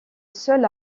seul